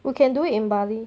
you can do it in bali